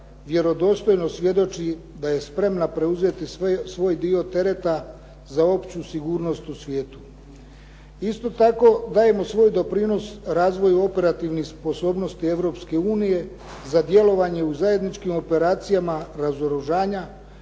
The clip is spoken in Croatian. vjerodostojno svjedoči da je spremna preuzeti svoj dio tereta za opću sigurnost u svijetu. Isto tako, dajemo svoj doprinos razvoju operativnih sposobnosti Europske unije za djelovanje u zajedničkim operacijama razoružanja,